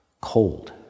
cold